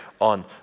on